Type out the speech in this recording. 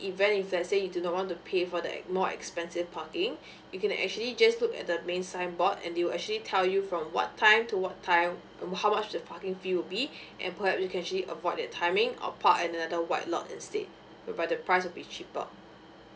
event if let's say you do not want to pay for the more expensive parking you can actually just look at the main signboard and they will actually tell you from what time to what time how much the parking fee will be perhaps you can actually avoid the timing or park at another white lot instead whereby the price will be cheaper